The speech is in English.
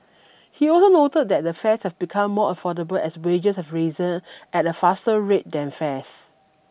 he also noted that the fares have become more affordable as wages have risen at a faster rate than fares